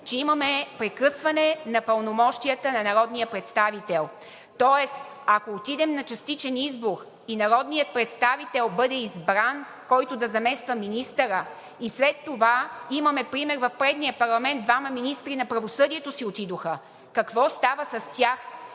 че имаме прекъсване на пълномощията на народния представител, тоест, ако отидем на частичен избор и народният представител бъде избран, който да замества министъра и след това, имаме пример в предния парламент – двама министри на правосъдието си отидоха. Какво става с тях?